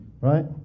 Right